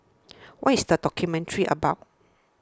what is the documentary about